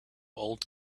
old